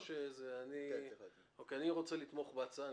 אני רוצה לתמוך בהצעה.